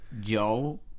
Joe